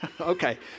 Okay